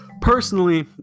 Personally